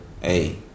hey